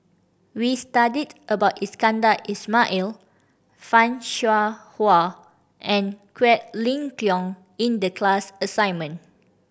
we studied about Iskandar Ismail Fan Shao Hua and Quek Ling Kiong in the class assignment